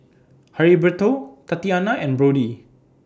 Heriberto Tatyana and Brody